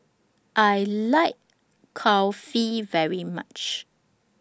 I like Kulfi very much